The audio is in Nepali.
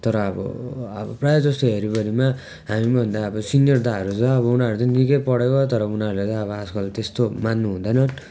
तर अब अब प्रायः जस्तो हेऱ्यो भरिमा हामीभन्दा अब सिनियर दाहरू छ अब उनीहरू पनि निकै पढेको तर उनीहरूलाई चाहिँ अब आजकल त्यस्तो मान्नु हुँदैन